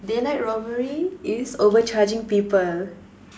daylight robbery is overcharging people